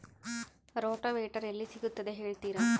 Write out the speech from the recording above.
Rotavator ಎಲ್ಲಿ ಸಿಗುತ್ತದೆ ಹೇಳ್ತೇರಾ?